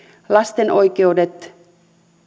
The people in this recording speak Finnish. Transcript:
lasten oikeudet